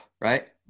right